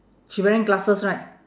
she wearing glasses right